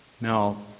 Now